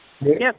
Yes